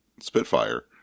spitfire